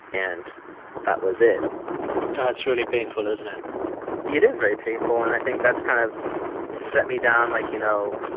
and that was it that's really painful, isn't it? it is very painful. and i think that's kind of set me down, like, you know,